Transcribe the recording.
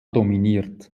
dominiert